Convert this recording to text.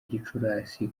gicurasi